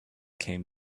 came